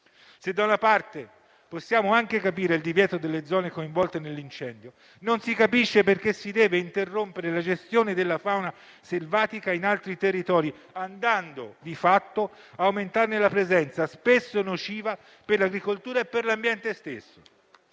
Se da una parte possiamo anche capire il divieto nelle zone coinvolte nell'incendio, non si capisce perché si debba interrompere la gestione della fauna selvatica in altri territori, andando di fatto ad aumentarne la presenza spesso nociva per l'agricoltura e per l'ambiente stesso.